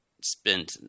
spent –